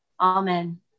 Amen